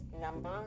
number